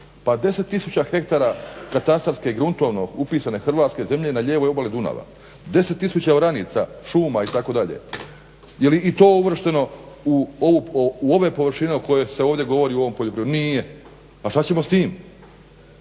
Pa 10 tisuća hektara katastarski gruntovno upisane Hrvatske zemlje na lijevoj obali Dunava, 10 tisuća oranica, šuma itd. Je li i to uvršteno u ove površine koje se ovdje govori u ovom poljoprivrednom, nije. Pa šta ćemo s tim?